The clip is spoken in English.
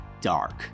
dark